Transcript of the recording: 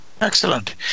Excellent